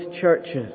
churches